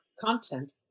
content